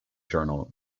journal